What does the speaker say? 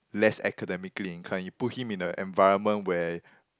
less academically inclined you put him in a environment where